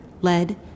lead